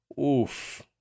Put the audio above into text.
Oof